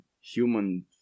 human